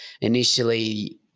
initially